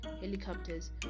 helicopters